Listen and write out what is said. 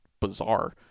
bizarre